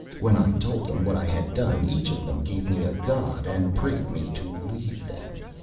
when i told them what i had done, each of them gave me a god and prayed me to leave them.